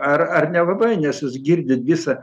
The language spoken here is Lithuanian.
ar ar nelabai nes vis girdint visą